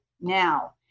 now